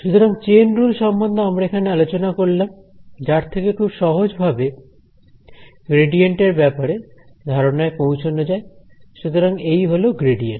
সুতরাং chain rule সম্বন্ধে আমরা এখানে আলোচনা করলাম যার থেকে খুব সহজভাবে গ্রেডিয়েন্ট এর ব্যাপারে ধারণায় পৌঁছানো যায় সুতরাং এই হল গ্রেডিয়েন্ট